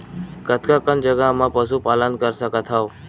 कतका कन जगह म पशु पालन कर सकत हव?